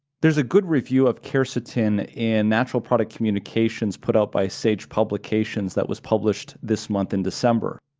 there's a good review of quercetin in natural product communications put out by sage publications that was published this month in december,